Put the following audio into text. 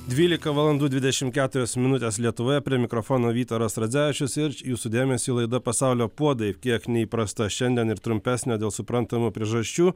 dvylika valandų dvidešim keturios minutes lietuvoje prie mikrofono vytaras radzevičius ir jūsų dėmesiui laida pasaulio puodai kiek neįprasta šiandien ir trumpesnė dėl suprantamų priežasčių